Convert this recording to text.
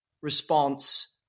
response